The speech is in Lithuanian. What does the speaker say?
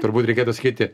turbūt reikėtų sakyti